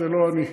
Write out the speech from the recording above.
זה לא אני.